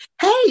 hey